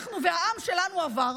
שאנחנו ועעם שלנו עבר,